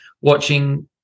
watching